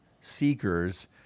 seekers